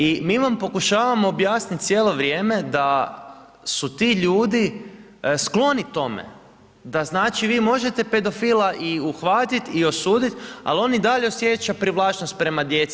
I mi vam pokušavamo objasniti cijelo vrijeme da su ti ljudi skloni tome, da znači vi možete pedofila i uhvatiti i osuditi ali on i dalje osjeća privlačnost prema djeci.